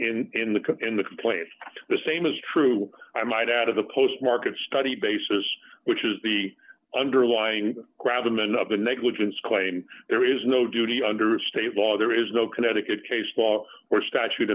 or in the in the complaint the same is true i might add of a postmark of study basis which is the underlying grab them in of the negligence claim there is no duty under state law there is no connecticut case law or statute